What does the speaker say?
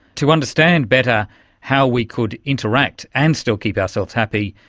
to understand better how we could interact and still keep ourselves happy,